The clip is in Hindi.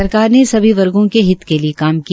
सरकार ने सभी वर्गो के हित के लिये काम किया